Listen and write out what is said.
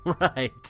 Right